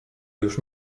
już